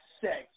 sex